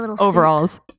Overalls